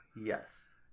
Yes